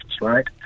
right